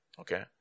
Okay